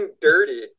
dirty